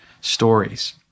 stories